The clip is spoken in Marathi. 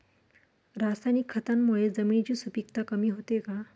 रासायनिक खतांमुळे जमिनीची सुपिकता कमी होते का?